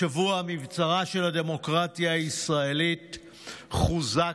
השבוע מבצרה של הדמוקרטיה הישראלית חוזק,